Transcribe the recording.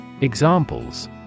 Examples